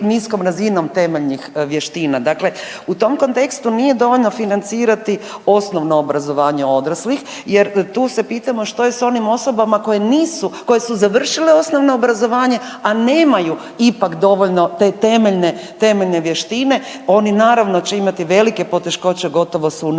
niskom razinom temeljnih vještina. Dakle, u tom kontekstu nije dovoljno financirati osnovno obrazovanje odraslih jer tu se pitamo što je s onim osama koje su završile osnovno obrazovanje, a nemaju ipak dovoljno te temeljne vještine. Oni naravno će imati velike poteškoće, gotovo su u nemogućnosti